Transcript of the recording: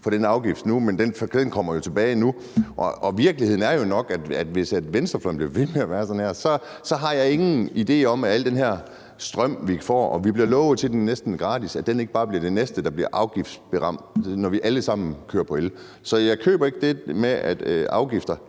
for den afgift, men den kommer jo tilbage nu, og virkeligheden er nok, at hvis venstrefløjen bliver ved med at være sådan her, har jeg ingen forestilling om, at al den her strøm, vi får, og som vi bliver lovet næsten er gratis, ikke bare er det næste, der bliver afgiftsramt, når vi alle sammen kører på el. Så jeg køber ikke den med afgifter;